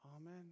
Amen